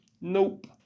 Nope